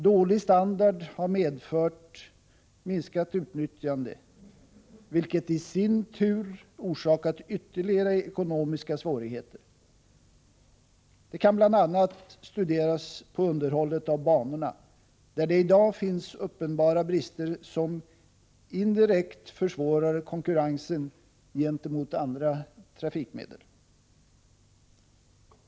Dålig standard har medfört minskat utnyttjande, vilket i sin tur orsakat ytterligare ekonomiska svårigheter. Detta framgår bl.a. om man studerar underhållet av banorna. Härvidlag finns det i dag uppenbara brister som indirekt försvårar konkurrensen gentemot andra trafikmedel.